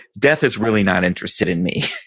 death is really not interested in me.